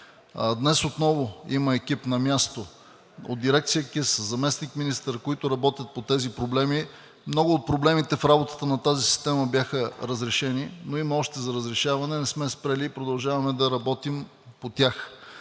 и информационни системи“ и заместник-министър, които работят по тези проблеми. Много от проблемите в работата на тази система бяха разрешени, но има още за разрешаване. Не сме спрели и продължаваме да работим по тях.